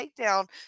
takedown